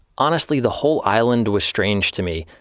honestly, the whole island was strange to me,